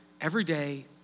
everyday